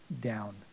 down